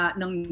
ng